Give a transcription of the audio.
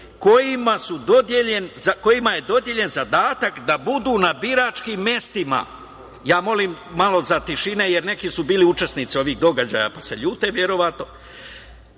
kojima je dodeljen da budu na biračkim mestima. Molim za malo tišine jer neki su bili učesnici ovih događaja pa se ljute, verovatno.